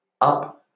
up